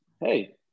hey